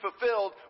fulfilled